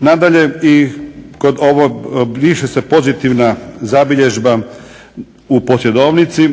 Nadalje, i kod ovog, briše se pozitivna zabilježba u posjedovnici.